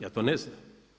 Ja to ne znam.